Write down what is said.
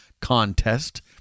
Contest